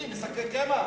ממי, משקי קמח?